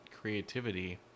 creativity